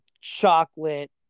chocolate